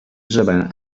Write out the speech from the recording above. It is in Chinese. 日本